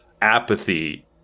apathy